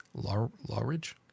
Lawridge